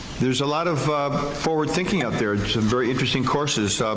there's a lot of forward thinking out there. some very interesting courses.